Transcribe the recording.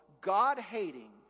God-hating